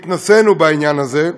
התנסינו בעניין הזה,